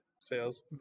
sales